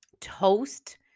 toast